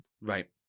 Right